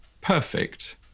perfect